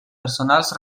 personals